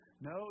No